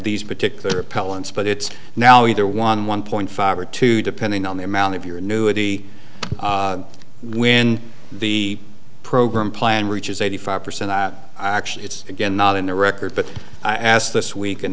these particular appellants but it's now either one one point five or two depending on the amount of your annuity when the program plan reaches eighty five percent that actually it's again not in the record but i asked this week and